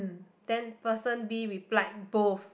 then person B replied both